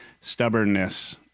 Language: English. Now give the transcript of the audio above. stubbornness